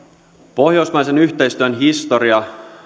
pohjoismaisen yhteistyön historia